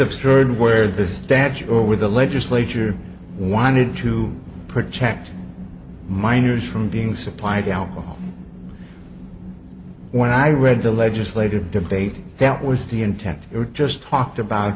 absurd where the statute over the legislature wanted to protect minors from being supplied alcohol when i read the legislative debate that was the intent or just talked about